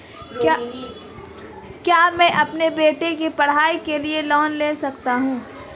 क्या मैं अपने बेटे की पढ़ाई के लिए लोंन ले सकता हूं?